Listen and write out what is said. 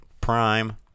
prime